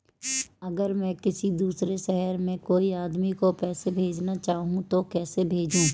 अगर मैं किसी दूसरे शहर में कोई आदमी को पैसे भेजना चाहूँ तो कैसे भेजूँ?